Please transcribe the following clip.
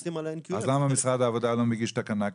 אז למה משרד העבודה לא מגיש תקנה כזאת,